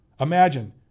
imagine